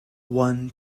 one